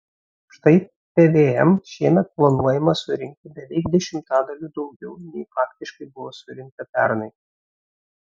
štai pvm šiemet planuojama surinkti beveik dešimtadaliu daugiau nei faktiškai buvo surinkta pernai